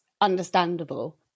understandable